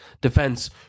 defense